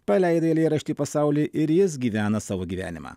paleidai eilėraštį pasauly ir jis gyvena savo gyvenimą